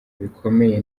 bikomeye